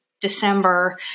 December